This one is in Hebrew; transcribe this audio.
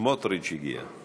סמוטריץ הגיע.